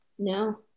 No